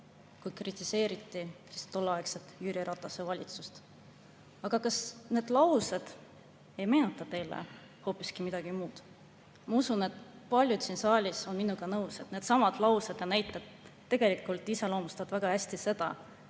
kui kritiseeriti tolleaegset Jüri Ratase valitsust. Aga kas need laused ei meenuta teile hoopis midagi muud? Ma usun, et paljud siin saalis on minuga nõus, et needsamad laused ja näited tegelikult iseloomustavad väga hästi seda,